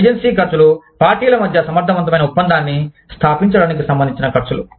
agency ఖర్చులు పార్టీల మధ్య సమర్థవంతమైన ఒప్పందాన్ని స్థాపించడానికి సంబంధించిన ఖర్చులు